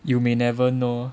you may never know